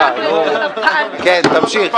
נו, כן, תמשיך.